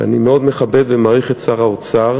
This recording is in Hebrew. ואני מאוד מכבד ומעריך את שר האוצר.